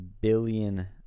billion